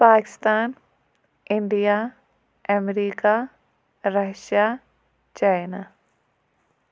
Pakistan India America Russia China